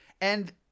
And-